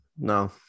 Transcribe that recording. No